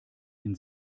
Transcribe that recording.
den